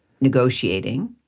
negotiating